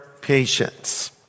patience